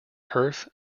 hearth